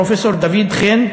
פרופסור דוד חן,